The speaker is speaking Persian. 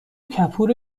کپور